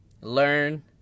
learn